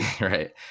right